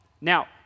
Now